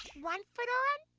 one foot on.